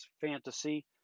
fantasy